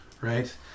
right